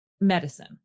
medicine